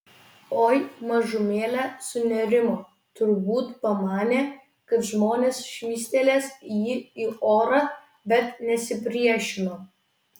oi mažumėlę sunerimo turbūt pamanė kad žmonės švystelės jį į orą bet nesipriešino